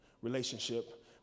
relationship